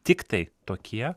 tiktai tokie